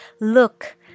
Look